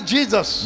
Jesus